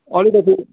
अलिकति